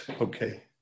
Okay